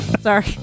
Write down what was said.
sorry